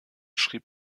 schrieb